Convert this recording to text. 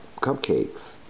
cupcakes